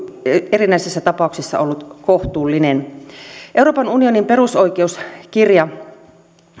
erinäisissä tapauksissa ollut kohtuullinen euroopan unionin perusoikeuskirja